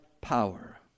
power